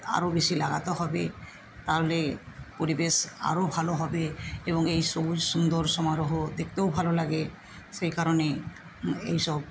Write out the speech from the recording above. আরো বেশি লাগাতে হবে তাহলে পরিবেশ আরো ভালো হবে এবং এই সবুজ সুন্দর সমারহ দেখতেও ভালো লাগে সেই কারণে এই সব